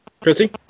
Chrissy